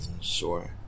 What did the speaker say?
Sure